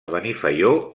benifaió